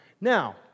Now